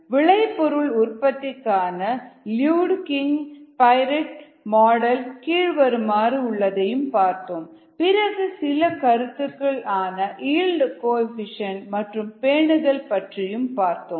விளைபொருள் உற்பத்திக்கான லீயூடு கிங் பிரட் மாடல் கீழ்வருமாறு பார்த்தோம் rprxx பிறகு சில கருத்துக்கள் ஆன ஈள்டு கோஎஃபீஷியேன்ட் மற்றும் பேணுதல் பற்றியும் பார்த்தோம்